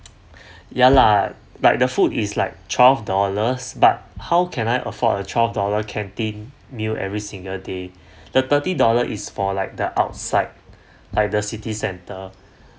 ya lah but the food is like twelve dollars but how can I afford a twelve dollar canteen meal every single day the thirty dollar is for like the outside like the city centre